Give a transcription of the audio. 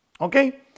Okay